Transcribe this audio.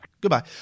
Goodbye